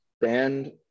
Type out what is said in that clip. band